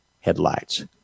headlights